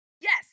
yes